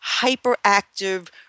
hyperactive